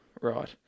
right